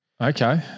Okay